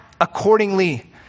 accordingly